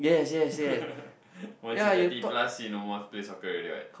once you thirty plus you no more play soccer already what